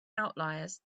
outliers